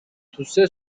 توسه